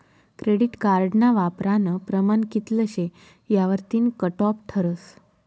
credit कार्डना वापरानं प्रमाण कित्ल शे यावरतीन कटॉप ठरस